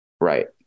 right